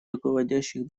руководящих